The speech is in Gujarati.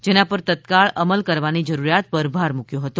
જેના પર તત્કાળ અમલ કરવાની જરૂરિયાત પર ભાર મૂક્યો હતો